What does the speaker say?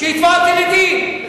שיתבע אותי לדין.